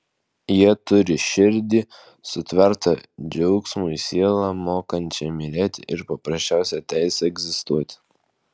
jie turi širdį sutvertą džiaugsmui sielą mokančią mylėti ir paprasčiausią teisę egzistuoti